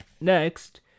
Next